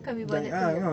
can't be bothered to